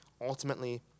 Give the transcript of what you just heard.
ultimately